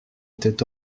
était